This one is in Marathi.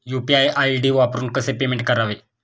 यु.पी.आय आय.डी वापरून कसे पेमेंट करावे?